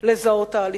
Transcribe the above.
לזהות תהליכים.